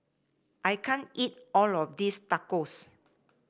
I can't eat all of this Tacos